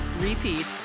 repeat